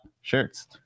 shirts